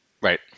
Right